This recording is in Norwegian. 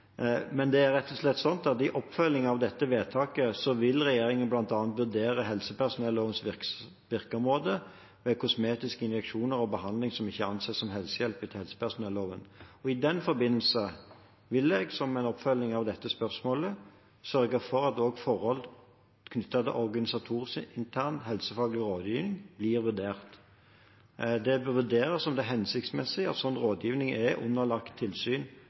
men det er rett og slett slik at i oppfølgingen av dette vedtaket vil regjeringen bl.a. vurdere helsepersonellovens virkeområde ved kosmetiske injeksjoner og behandlinger som ikke anses som helsehjelp etter helsepersonelloven. I den forbindelse vil jeg, som en oppfølging av dette spørsmålet, sørge for at også forhold knyttet til organisasjonsintern helsefaglig rådgivning blir vurdert. Det bør vurderes om det er hensiktsmessig at slik rådgivning er underlagt tilsyn